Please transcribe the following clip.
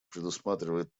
предусматривает